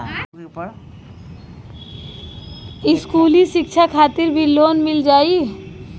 इस्कुली शिक्षा खातिर भी लोन मिल जाई?